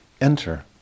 enter